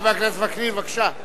חבר הכנסת וקנין, בבקשה.